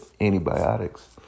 antibiotics